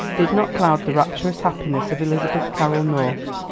did not cloud the rapturous happiness of elizabeth carroll north,